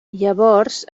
llavors